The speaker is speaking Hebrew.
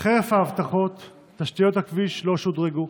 חרף ההבטחות, תשתיות הכביש לא שודרגו.